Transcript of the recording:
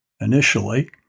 initially